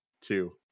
two